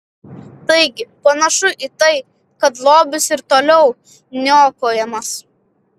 taigi panašu į tai kad lobis ir toliau niokojamas